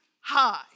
high